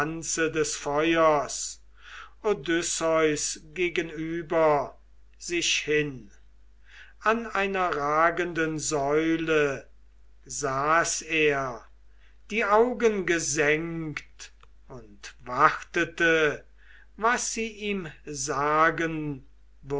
odysseus gegenüber sich hin an einer ragenden säule saß er die augen gesenkt und wartete was sie ihm sagen